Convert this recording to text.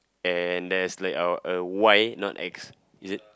and there's like our a Y not X is it